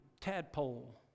tadpole